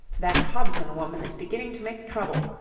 that hobson woman is beginning to make trouble,